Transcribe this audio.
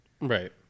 right